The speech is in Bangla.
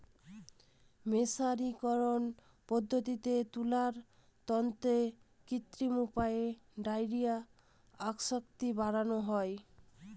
মের্সারিকরন পদ্ধতিতে তুলার তন্তুতে কৃত্রিম উপায়ে ডাইয়ের আসক্তি বাড়ানো হয়